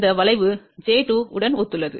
இந்த வளைவு j 2 உடன் ஒத்துள்ளது